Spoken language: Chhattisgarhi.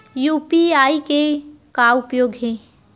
यू.पी.आई के का उपयोग हे?